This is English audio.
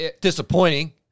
Disappointing